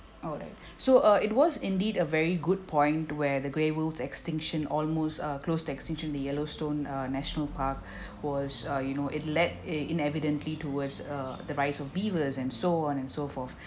alright so uh it was indeed a very good point where the grey whales extinction almost uh close to extinction the yellowstone uh national park was uh you know it led i~ inadvertently towards uh the rise of beavers and so on and so forth